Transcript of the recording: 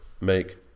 make